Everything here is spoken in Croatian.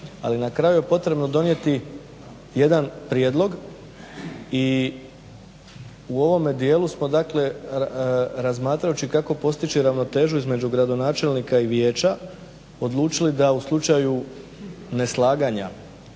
ali na kraju je potrebno donijeti jedan prijedlog i u ovome dijelu samo razmatrajući kako postići ravnotežu između gradonačelnika i vijeća odlučili da u slučaju neslaganja